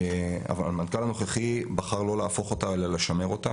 אבל המנכ"ל הנוכחי בחר לא להפוך אותה אלא לשמר אותה,